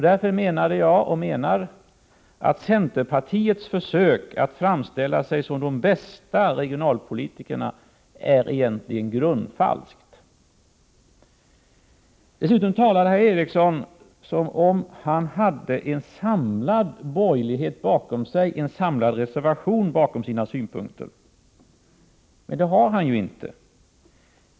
Därför menade och menar jag att centerpartisternas försök att framställa sig som de bästa regionalpolitikerna är grundfalskt. Dessutom talade Per-Ola Eriksson som om han hade en samlad borgerlighet bakom sig och en gemensam reservation bakom sina synpunkter, men det har han ju inte.